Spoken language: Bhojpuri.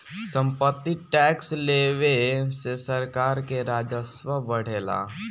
सम्पत्ति टैक्स लेवे से सरकार के राजस्व बढ़ेला